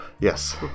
Yes